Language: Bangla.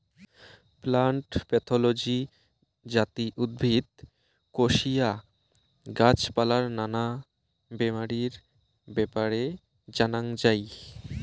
প্লান্ট প্যাথলজি যাতি উদ্ভিদ, কোশিয়া, গাছ পালার নানা বেমারির ব্যাপারে জানাঙ যাই